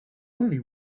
only